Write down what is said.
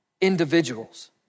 individuals